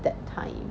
that time